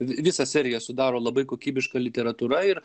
visą seriją sudaro labai kokybiška literatūra ir